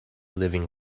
living